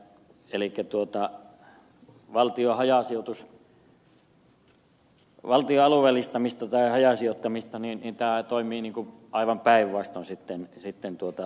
elikkä valtion alueellistamisessa tai hajasijoittamisessa tämä toimii aivan päinvastoin meillä päin